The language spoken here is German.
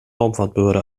raumfahrtbehörde